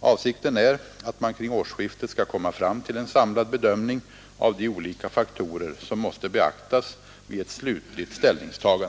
Avsikten är att man kring årsskiftet skall komma fram till en samlad bedömning av de olika faktorer som måste beaktas vid ett slutligt ställningstagande.